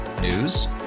News